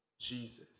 Jesus